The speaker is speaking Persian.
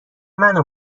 منو